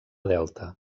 delta